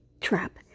trap